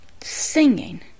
singing